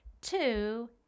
two